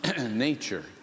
nature